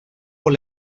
por